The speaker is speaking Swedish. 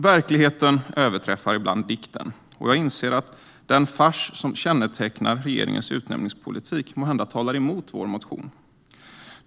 Verkligheten överträffar ibland dikten, och jag inser att den fars som kännetecknar regeringens utnämningspolitik måhända talar emot vår motion.